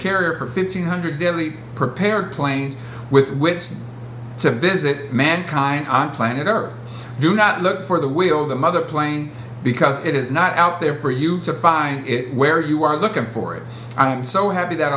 carrier for fifteen hundred deadly prepared planes with which to visit mankind on planet earth do not look for the will of the mother plane because it is not out there for you to find it where you are looking for it i'm so happy that